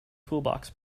toolbox